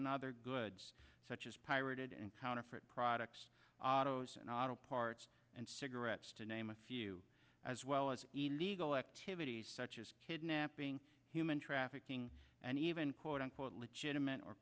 and other goods such as pirated and counterfeit products and auto parts and cigarettes to name a few as well as legal activities such as kidnapping human trafficking and even quote unquote legitimate or